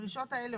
בדרישות האלה,